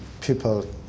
people